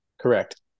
Correct